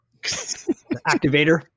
activator